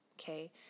Okay